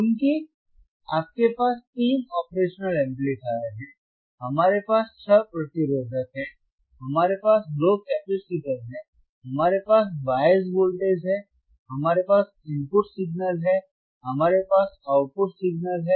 चूंकि आपके पास तीन ऑपरेशनल एम्पलीफायर हैं हमारे पास छह प्रतिरोधक हैं हमारे पास दो कैपेसिटर हैं हमारे पास बायस वोल्टेज हैं हमारे पास इनपुट सिग्नल हैं हमारे पास आउटपुट सिग्नल हैं